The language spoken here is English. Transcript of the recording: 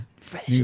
Fresh